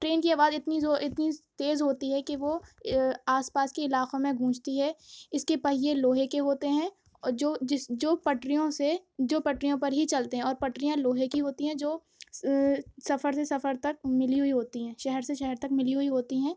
train کی آواز اتنی زور اتنی تیز ہوتی ہے کہ وہ آس پاس کے علاقوں میں گونجتی ہے اس کے پہیے لوہے کے ہوتے ہیں اور جو جس جو پٹریوں سے جو پٹریوں پر ہی چلتے ہیں اور پٹریاں لوہے کی ہوتی ہیں جو سفر سے سفر تک ملی ہوئی ہوتی ہیں شہر سے شہر تک ملی ہوئی ہوتی ہیں